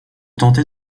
tenter